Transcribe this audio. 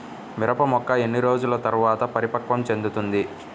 మిరప మొక్క ఎన్ని రోజుల తర్వాత పరిపక్వం చెందుతుంది?